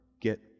get